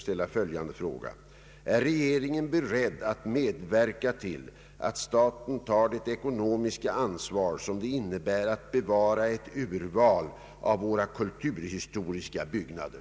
Är regeringen beredd att medverka till att staten tager det ekonomiska ansvar som det innebär att bevara ett urval av våra kulturhistoriska byggnader?